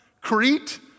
Crete